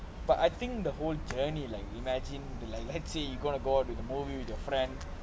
but I think the whole journey like imagine like let's say you gonna go out with the movie with your friend